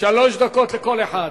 שלוש דקות לכל אחד.